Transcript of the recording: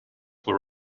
were